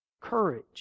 Courage